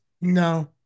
No